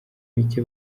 mike